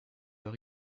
leur